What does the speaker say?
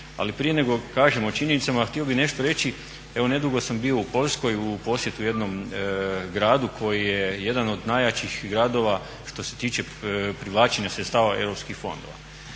Ali prije nego kažem o činjenicama htio bih nešto reći, evo nedugo sam bio u Poljskoj u posjetu jednom gradu koji je jedan od najjačih gradova što se tiče privlačenja sredstava europskih fondova.